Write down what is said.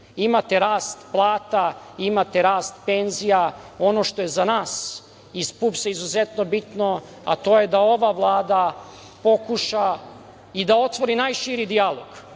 rast plata, imate rast penzija. Ono što je za nas iz PUPS-a izuzetno bitno, a to je da ova Vlada pokuša i da otvori najširi dijalog.